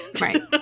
Right